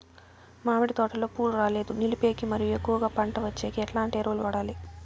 మామిడి తోటలో పూలు రాలేదు నిలిపేకి మరియు ఎక్కువగా పంట వచ్చేకి ఎట్లాంటి ఎరువులు వాడాలి?